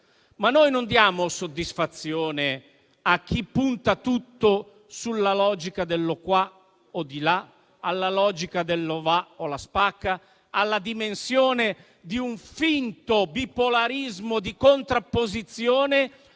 però non diamo soddisfazione a chi punta tutto sulla logica del «o di qua o di là», alla logica del «o la va o la spacca», alla dimensione di un finto bipolarismo di contrapposizione